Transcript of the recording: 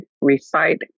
recite